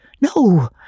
No